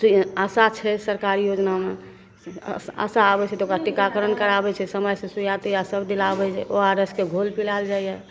ओ सुइ आशा छै सरकारी योजनामे आशा आबै छै तऽ ओकरा टीकाकरण कराबै छै समयसे सुइआ तुइआ सब दिलाबै छै ओ आर एस के घोल पिलाएल जाइए